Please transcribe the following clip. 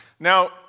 Now